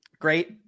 great